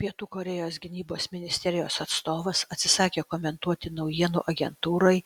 pietų korėjos gynybos ministerijos atstovas atsisakė komentuoti naujienų agentūrai